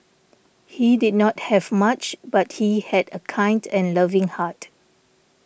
he did not have much but he had a kind and loving heart